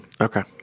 Okay